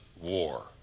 war